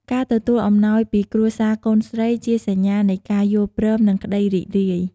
ការទទួលអំណោយពីគ្រួសារកូនស្រីជាសញ្ញានៃការយល់ព្រមនិងក្តីរីករាយ។